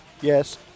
yes